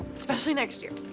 especially next year.